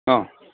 ಹಾಂ